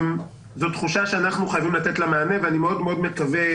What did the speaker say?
זו תחושה שאנחנו חייבים לתת לה מענה ואני מאוד מאוד מקווה,